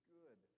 good